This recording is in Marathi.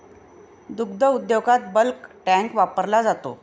दुग्ध उद्योगात बल्क टँक वापरला जातो